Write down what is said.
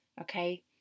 Okay